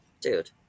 dude